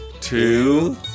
two